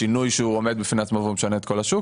ולא על שינוי שעומד בפני עצמו ומשנה את כל השוק.